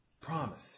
promise